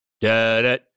da-da